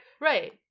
Right